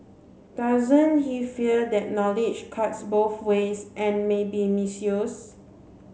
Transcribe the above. doesn't he fear that knowledge cuts both ways and may be misused